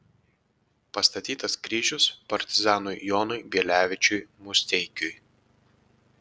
pastatytas kryžius partizanui jonui bielevičiui musteikiui